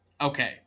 Okay